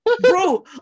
Bro